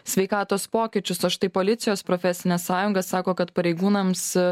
sveikatos pokyčius o štai policijos profesinė sąjunga sako kad pareigūnams